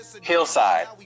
Hillside